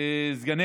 סגני